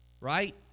right